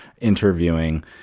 interviewing